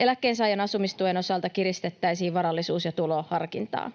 Eläkkeensaajan asumistuen osalta kiristettäisiin varallisuus- ja tuloharkintaa.